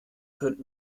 könnt